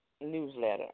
newsletter